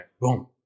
boom